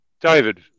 David